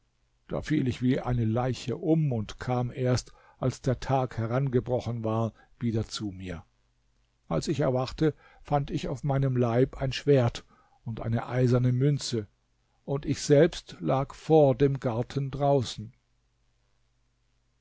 da fiel ich wie eine leiche um und kam erst als der tag herangebrochen war wieder zu mir als ich erwachte fand ich auf meinem leib ein schwert und eine eiserne münze und ich selbst lag vor dem garten draußen